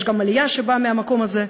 יש גם עלייה מהמקום הזה.